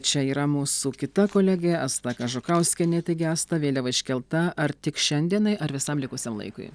čia yra mūsų kita kolegė asta kažukauskienė taigi asta vėliava iškelta ar tik šiandienai ar visam likusiam laikui